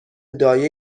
دایه